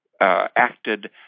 acted